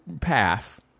path